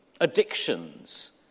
addictions